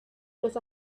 los